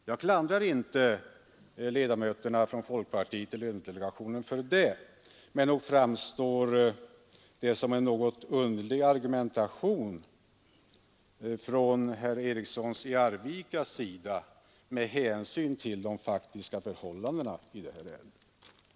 Jag klandrar inte folkpartiledamöterna i lönedelegationen för det, men nog framstår Nr 63 argumentationen av herr Eriksson i Arvika som något underlig med Torsdagen den hänsyn till de faktiska förhållandena i detta ärende. 5 april 1973